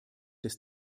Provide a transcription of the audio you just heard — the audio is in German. des